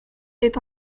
est